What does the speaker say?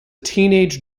teenage